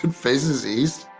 and faces east.